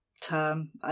term